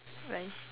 bye